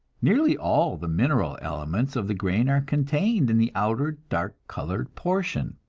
nearly all the mineral elements of the grain are contained in the outer, dark-colored portion.